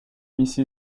mrs